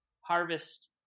harvest